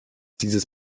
dieses